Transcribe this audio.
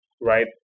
Right